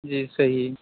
جی صحیح